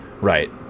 Right